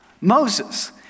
Moses